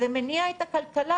זה מניע את הכלכלה,